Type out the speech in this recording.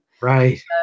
Right